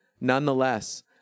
Nonetheless